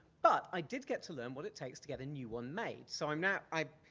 but i did get to learn what it takes to get a new one made. so i'm now, i,